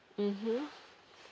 mmhmm